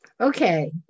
Okay